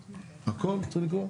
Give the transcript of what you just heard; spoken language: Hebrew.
הכל אתה רוצה לקרוא?